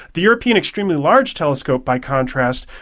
the european extremely large telescope, by contrast,